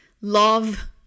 Love